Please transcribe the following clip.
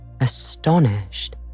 astonished